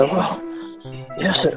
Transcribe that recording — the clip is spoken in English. Yes